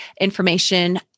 information